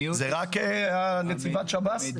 זה רק נציבת שב"ס?